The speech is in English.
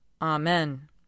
Amen